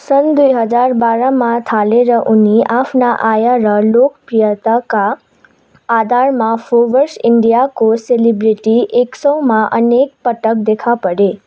सन् दुई हजार बाह्रमा थालेर उनी आफ्नो आय र लोकप्रियताका आधारमा फोर्ब्स इन्डियाको सेलिब्रेटी एक सौमा अनेकपटक देखापरे